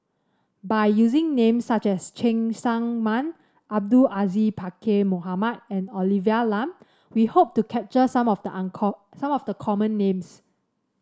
by using names such as Cheng Tsang Man Abdul Aziz Pakkeer Mohamed and Olivia Lum we hope to capture some of the uncle some of the common names